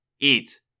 Eat